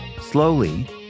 Slowly